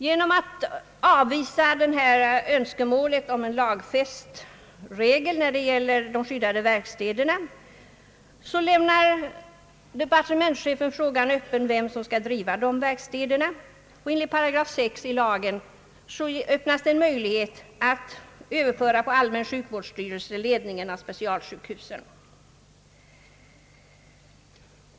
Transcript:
Genom att avvisa önskemålet om en lagfäst regel när det gäller de skyddade verkstäderna lämnar departementschefen öppet vem som skall driva dessa verkstäder, och lagens § 6 öppnar möjlighet att på allmän sjukvårdsstyrelse överföra ledningen av specialsjukhusen.